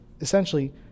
essentially